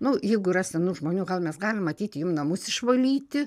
nu jeigu yra senų žmonių gal mes galim ateiti jų namus išvalyti